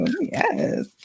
Yes